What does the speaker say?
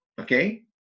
Okay